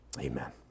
amen